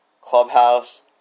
clubhouse